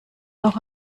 auch